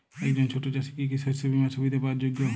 একজন ছোট চাষি কি কি শস্য বিমার সুবিধা পাওয়ার যোগ্য?